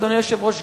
אדוני היושב-ראש,